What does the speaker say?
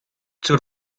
zur